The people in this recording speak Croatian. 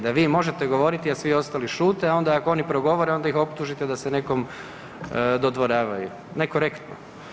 Da vi možete govoriti, a svi ostali šute, a onda ako oni progovore onda ih optužite da se nekom dodvoravaju, nekorektno.